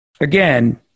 Again